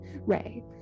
Ray